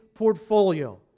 portfolio